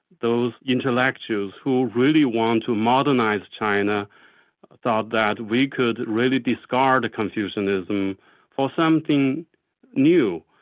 those intellectuals who really wanted to modernise china thought that we could really discard confucianism for something new,